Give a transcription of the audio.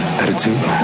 attitude